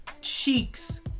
cheeks